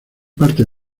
parte